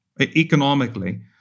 economically